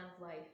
life